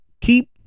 Keep